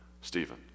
Stephen